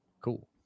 Cool